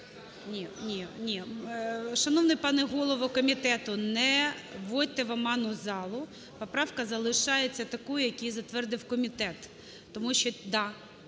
Ні, ні, ні… Шановний пане голово комітету, не вводьте в оману залу, поправка залишається такою, як її затвердив комітет, тому що… Да,